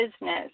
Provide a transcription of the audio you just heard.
business